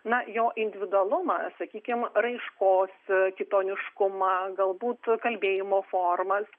na jo individualumą sakykime raiškos kitoniškumą galbūt kalbėjimo formas